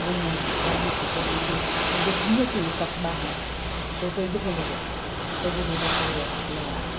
Boobu moom baax na si bët yuy metti. Ci bët, bu mettiwul sax baax na ci. Soo koy jëfandikoo, sa but yi daf koy yokk leeraay.